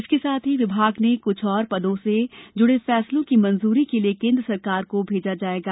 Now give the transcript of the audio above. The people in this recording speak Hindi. इसके साथ ही विभाग ने कुछ और पदों से जुड़े फैसलों की मंजूरी के लिए केन्द्र सरकार को भेजा जायेगा